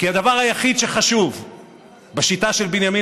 כי הדבר היחיד שחשוב בשיטה של בנימין